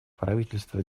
правительства